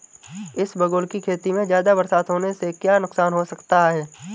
इसबगोल की खेती में ज़्यादा बरसात होने से क्या नुकसान हो सकता है?